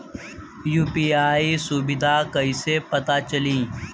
UPI सुबिधा कइसे पता चली?